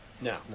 No